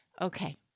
okay